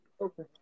Okay